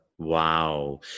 Wow